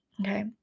Okay